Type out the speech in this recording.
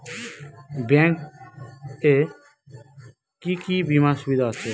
Bank এ কি কী বীমার সুবিধা আছে?